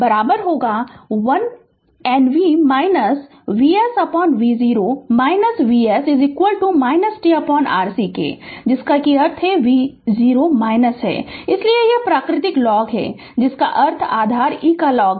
Refer Slide Time 0533 तो यह l n v Vsv0 Vs tRc जिसका अर्थ v0 है इसलिए यह प्राकृतिक लॉग है जिसका अर्थ है आधार e का लॉग